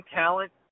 talent